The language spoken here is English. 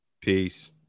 Peace